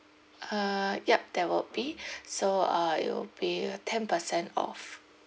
uh yup there will be so uh it'll be ten percent off